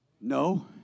No